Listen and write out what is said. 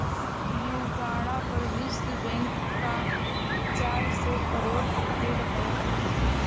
Uganda पर विश्व bank का चार सौ करोड़ ऋण है